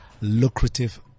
lucrative